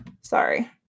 Sorry